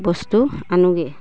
বস্তু আনোগে